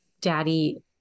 daddy